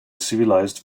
civilized